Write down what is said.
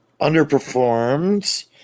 Underperformed